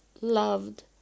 loved